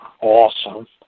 awesome